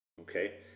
okay